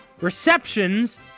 receptions